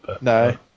No